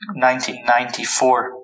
1994